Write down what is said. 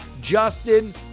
justin